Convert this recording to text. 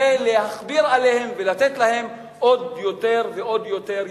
ולהכביר עליהם ולתת עליהם עוד יותר ועוד יותר יתרונות.